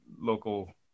local